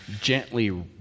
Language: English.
gently